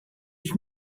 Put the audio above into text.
you